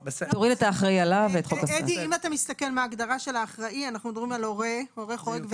תוריד את "האחראי עליו" ואת חוק הסעד.